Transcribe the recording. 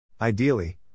Ideally